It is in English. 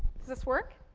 does this work?